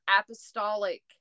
Apostolic